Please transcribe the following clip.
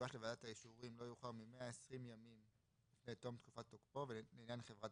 האישור של חברות הגבייה, ערכי חברות